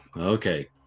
Okay